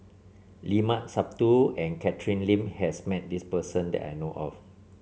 Limat Sabtu and Catherine Lim has met this person that I know of